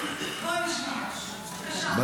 לא אתן לה, לא אתן לה.